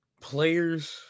players